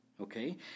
okay